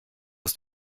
aus